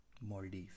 Maldives